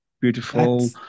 beautiful